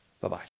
Bye-bye